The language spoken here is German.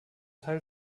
teil